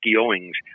Owings